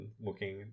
looking